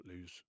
lose